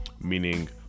Meaning